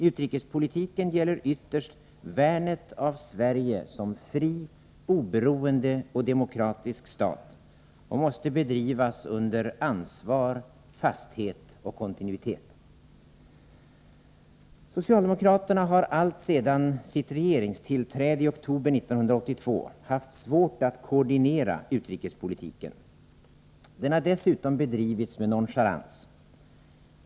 Utrikespolitiken gäller ytterst värnet av Sverige som fri, oberoende och demokratisk stat och måste bedrivas under ansvar och med fasthet och kontinuitet. Socialdemokraterna har alltsedan sitt regeringstillträde i oktober 1982 haft svårt att koordinera utrikespolitiken. Den har dessutom bedrivits med nonchalans.